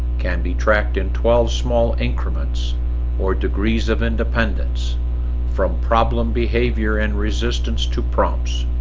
can be tracked in twelve small increments or degrees of independence from problem behavior and resistance to prompts